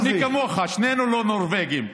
אני כמוך, שנינו לא נורבגים.